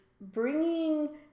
bringing